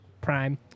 prime